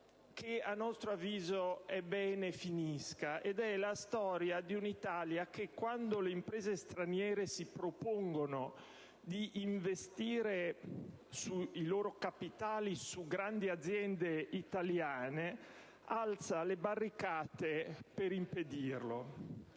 che, a nostro avviso, è bene finisca al più presto: quella di un'Italia che, quando le imprese straniere si propongono di investire i loro capitali su grandi aziende italiane, alza le barricate per impedirlo.